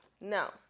No